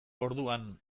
orduan